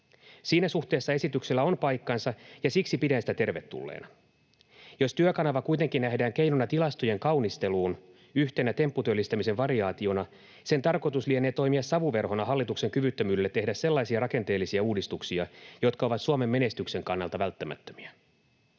Siinä suhteessa esityksellä on paikkansa, ja siksi pidän sitä tervetulleena. Jos Työkanava kuitenkin nähdään keinona tilastojen kaunisteluun, yhtenä tempputyöllistämisen variaationa, sen tarkoitus lienee toimia savuverhona hallituksen kyvyttömyydelle tehdä sellaisia rakenteellisia uudistuksia, jotka ovat Suomen menestyksen kannalta välttämättömiä.